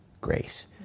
grace